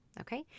Okay